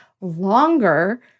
longer